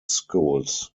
schools